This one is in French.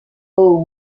aux